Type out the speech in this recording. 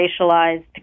racialized